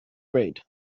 grade